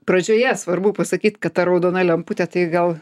pradžioje svarbu pasakyt kad ta raudona lemputė tai gal